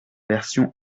version